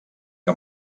que